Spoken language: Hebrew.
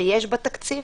שיש בה תקציב